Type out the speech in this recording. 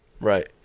right